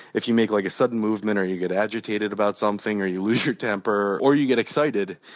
if you make, like, a sudden movement, or you get agitated about something, or you lose your temper, or you get excited,